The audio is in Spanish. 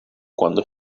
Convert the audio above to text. cuando